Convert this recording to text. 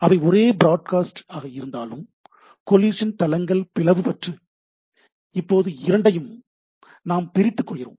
அவை ஒரே பிராட்காஸ்ட் இருந்தாலும் கோலிசன் தளங்கள் பிளவுபட்டு இப்போது இரண்டையும் நாம் பிரித்துக் கொள்கிறோம்